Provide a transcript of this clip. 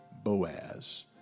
Boaz